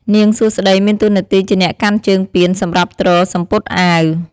នាងសួស្ដីមានតួនាទីជាអ្នកកាន់ជើងពានសម្រាប់ទ្រសំពត់អាវ។